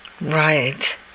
Right